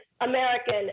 American